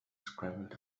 scrambled